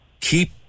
keep